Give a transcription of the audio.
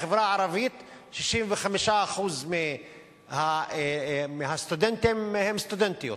בחברה הערבית 65% מהסטודנטים הם סטודנטיות,